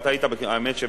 והאמת,